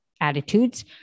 Attitudes